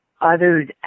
Others